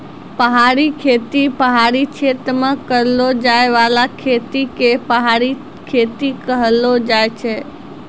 पहाड़ी खेती पहाड़ी क्षेत्र मे करलो जाय बाला खेती के पहाड़ी खेती कहलो जाय छै